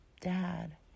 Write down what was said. dad